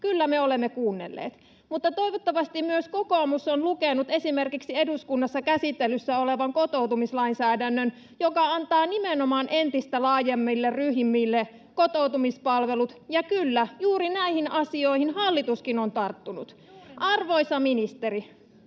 Kyllä me olemme kuunnelleet. Mutta toivottavasti myös kokoomus on lukenut esimerkiksi eduskunnassa käsittelyssä olevan kotoutumislainsäädännön, joka antaa nimenomaan entistä laajemmille ryhmille kotoutumispalvelut — ja kyllä, juuri näihin asioihin hallituskin on tarttunut. Arvoisa ministeri: